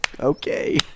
Okay